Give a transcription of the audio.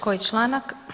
Koji članak?